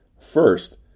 First